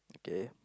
okay